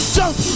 jump